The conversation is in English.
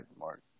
Mark